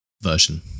version